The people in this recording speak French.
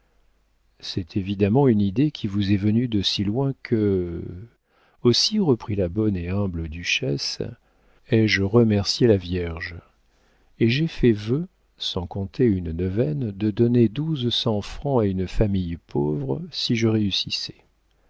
c'est évidemment une idée qui vous est venue de si loin que aussi reprit la bonne et humble duchesse ai-je remercié la vierge et j'ai fait vœu sans compter une neuvaine de donner douze cents francs à une famille pauvre si je réussissais